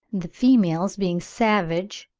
the females being savage,